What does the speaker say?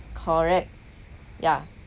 correct ya